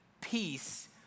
peace